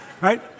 right